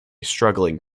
struggling